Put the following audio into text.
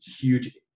huge